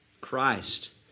Christ